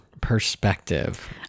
perspective